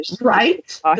Right